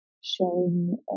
showing